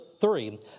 three